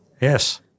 yes